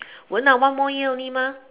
won't lah one more year only mah